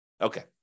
Okay